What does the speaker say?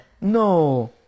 No